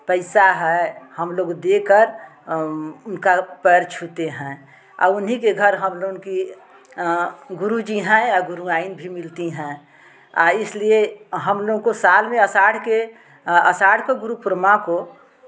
पैसा है हमलोग देकर उनका पैर छूते हैं आ उन्हीं के घर हमलोग की गुरु जी है और गुरुआइन भी मिलती हैं आ इसलिये हमलोग को साल में आषाढ़ के आषाढ़ के गुरुपूर्णिमा को